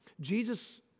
Jesus